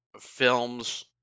films